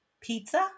pizza